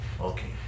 Okay